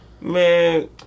Man